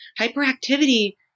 hyperactivity